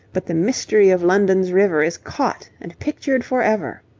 but the mystery of london's river is caught and pictured for ever.